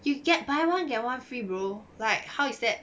you get buy one get one free bro like how is that